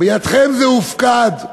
בידכם זה הופקד,